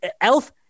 Elf